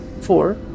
Four